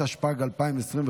התשפ"ג 2023,